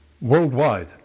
worldwide